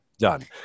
done